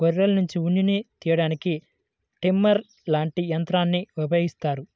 గొర్రెల్నుంచి ఉన్నిని తియ్యడానికి ట్రిమ్మర్ లాంటి యంత్రాల్ని ఉపయోగిత్తారు